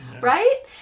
right